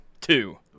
two